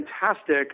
fantastic